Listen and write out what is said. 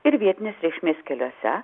ir vietinės reikšmės keliuose